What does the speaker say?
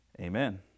Amen